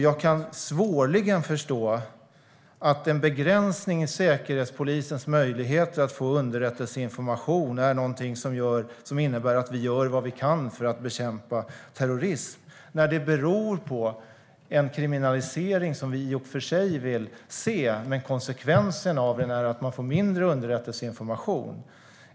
Jag kan svårligen förstå att en begränsning av Säkerhetspolisens möjligheter att få underrättelseinformation innebär att vi gör vad vi kan för att bekämpa terrorism när det beror på en kriminalisering som vi i och för sig vill se, men när konsekvensen blir att Säkerhetspolisen får mindre underrättelseinformation.